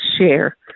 share